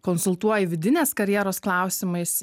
konsultuoji vidinės karjeros klausimais